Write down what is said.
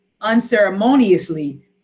unceremoniously